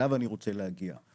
אליו אני רוצה להגיע,